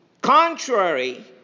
contrary